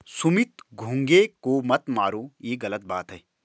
सुमित घोंघे को मत मारो, ये गलत बात है